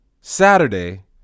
Saturday